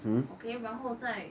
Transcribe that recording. okay 然后在